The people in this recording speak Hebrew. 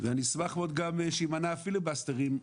ואשמח מאוד גם שימנע הפיליבסטרים.